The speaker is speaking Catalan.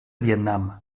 vietnam